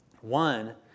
One